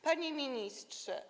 Panie Ministrze!